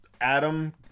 Adam